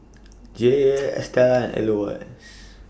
Jaye Estella and Elois